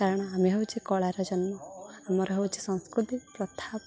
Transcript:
କାରଣ ଆମେ ହଉଛେ କଳାର ଜନ୍ମ ଆମର ହେଉଛି ସଂସ୍କୃତି ପ୍ରଥା